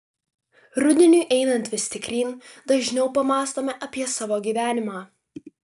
rudeniui einant vis tikryn dažniau pamąstome apie savo gyvenimą